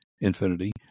Infinity